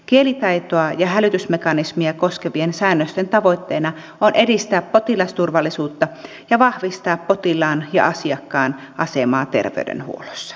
kielitaitoa ja hälytysmekanismia koskevien säännösten tavoitteena on edistää potilasturvallisuutta ja vahvistaa potilaan ja asiakkaan asemaa terveydenhuollossa